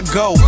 go